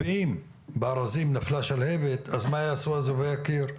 אם בארזים נפלה השלהבת, מה יעשו אזובי קיר,